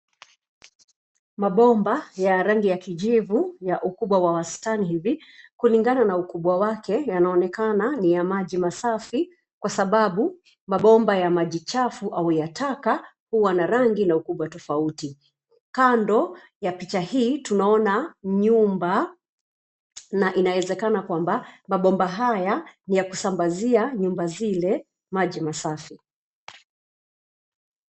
Mabomba ya rangi ya kijivu ya ukubwa wa wastani hivi, kulingana na ukubwa wake yanaonekana ni ya maji masafi kwa sababu, mabomba ya maji chafu au ya taka huwa na rangi na ukubwa taofauti. Kando ya picha hii, tunaona nyumba na inawezekana kwamba, mabomba haya ni ya kusambazia nyumba zile maji masafi.